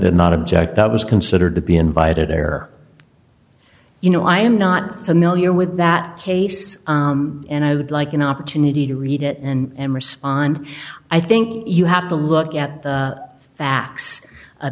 did not object that was considered to be invited there you know i am not familiar with that case and i would like an opportunity to read it and respond i think you have to look at the facts